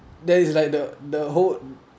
there is like the the whole